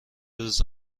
روز